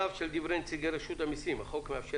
על אף שלדברי נציגי רשות המסים החוק מאפשר